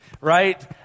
right